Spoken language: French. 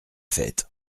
faite